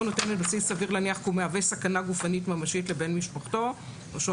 סביר להניח שהוא מהווה סכנה גופנית ממשית לבן משפחתו או שהוא